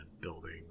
building